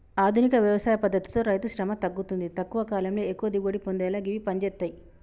ఆధునిక వ్యవసాయ పద్దతితో రైతుశ్రమ తగ్గుతుంది తక్కువ కాలంలో ఎక్కువ దిగుబడి పొందేలా గివి పంజేత్తయ్